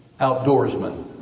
outdoorsman